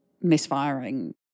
misfiring